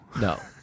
No